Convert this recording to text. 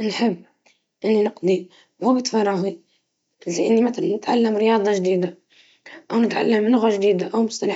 لو تفرغت، سأقضي الوقت في القراءة أو ممارسة الرياضة، أو حتى في هواياتي المفضلة مثل الرسم